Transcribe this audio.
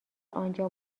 آنجا